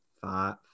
five